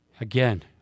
Again